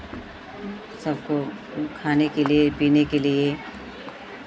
सबको खाने के लिए पीने के लिए